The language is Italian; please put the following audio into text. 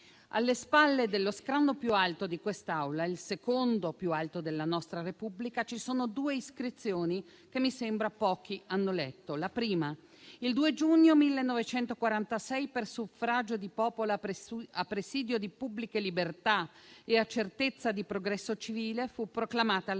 alle spalle dello scranno più alto di quest'Aula - il secondo più alto della nostra Repubblica - ci sono due iscrizioni che mi sembra pochi hanno letto. La prima: «Il 2 giugno 1946 per suffragio di popolo a presidio di pubbliche libertà e a certezza di progresso civile, fu proclamata la